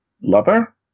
lover